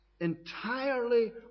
Entirely